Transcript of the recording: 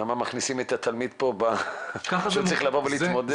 למה מכניסים את התלמיד פה שהוא צריך לבוא ולהתמודד?